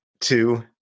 two